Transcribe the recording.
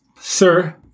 sir